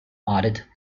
audit